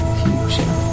future